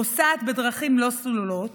פוסעת בדרכים לא סלולות